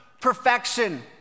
perfection